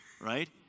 right